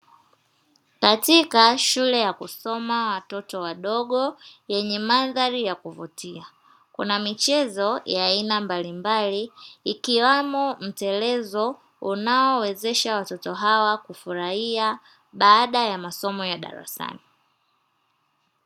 Katika shule ya kusoma watoto wadogo yenye mandhari ya kuvutia, kuna michezo ya aina mbali mbali ikiwemo mtelezo unao wezesha watoto hawa kufurahia baada ya masomo ya darasani.